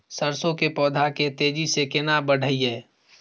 सरसो के पौधा के तेजी से केना बढईये?